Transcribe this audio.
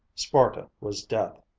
sparta was death.